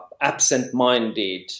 absent-minded